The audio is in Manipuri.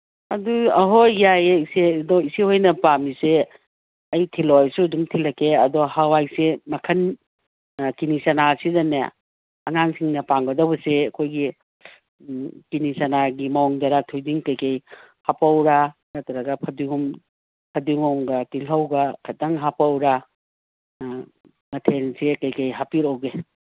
ꯑꯗꯨ ꯑꯍꯣꯏ ꯌꯥꯏꯌꯦ ꯏꯆꯦ ꯑꯗꯣ ꯏꯆꯦ ꯍꯣꯏꯅ ꯄꯥꯝꯃꯤꯁꯦ ꯑꯩ ꯊꯤꯜꯂꯛꯑꯣ ꯍꯥꯏꯁꯨ ꯑꯗꯨꯝ ꯊꯤꯜꯂꯛꯀꯦ ꯑꯗꯣ ꯍꯋꯥꯏꯁꯦ ꯃꯈꯟ ꯀꯤꯂꯤꯆꯅꯥꯁꯤꯗꯅꯦ ꯑꯉꯥꯡꯁꯤꯡꯅ ꯄꯥꯝꯒꯗꯧꯕꯁꯦ ꯑꯩꯈꯣꯏꯒꯤ ꯀꯤꯂꯤꯆꯅꯥꯒꯤ ꯃꯣꯡ ꯕꯦꯔꯥ ꯊꯣꯏꯗꯤꯡ ꯀꯔꯤ ꯀꯔꯤ ꯍꯥꯞꯄꯛꯎꯔꯥ ꯅꯠꯇ꯭ꯔꯒ ꯐꯗꯤꯒꯣꯝ ꯐꯗꯤꯒꯣꯝꯒ ꯇꯤꯜꯍꯧꯒ ꯈꯛꯇꯪ ꯍꯥꯞꯞꯛꯎꯔꯥ ꯃꯊꯣꯜꯁꯤ ꯀꯔꯤ ꯀꯔꯤ ꯍꯥꯞꯄꯤꯔꯛꯎꯒꯦ